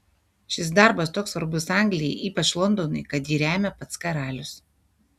šis darbas toks svarbus anglijai ypač londonui kad jį remia pats karalius